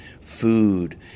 food